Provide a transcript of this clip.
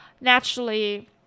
naturally